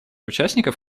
участников